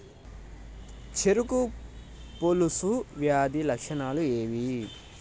చెరుకు పొలుసు వ్యాధి లక్షణాలు ఏవి?